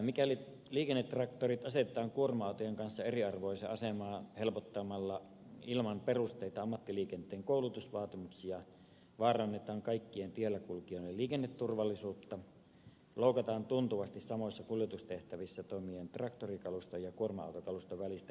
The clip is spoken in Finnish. mikäli liikennetraktorit asetetaan kuorma autojen kanssa eriarvoiseen asemaan helpottamalla ilman perusteita ammattiliikenteen koulutusvaatimuksia vaarannetaan kaikkien tiellä kulkijoiden liikenneturvallisuutta ja loukataan tuntuvasti samoissa kuljetustehtävissä toimivien traktorikaluston ja kuorma autokaluston välistä kilpailuneutraliteettia